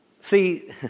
See